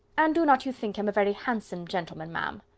and do not you think him a very handsome gentleman, ma'am?